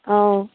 অঁ